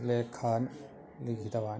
लेखान् लिखितवान्